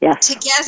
together